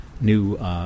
New